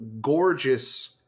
gorgeous